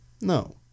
no